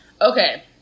Okay